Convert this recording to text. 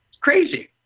crazy